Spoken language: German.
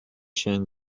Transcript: schön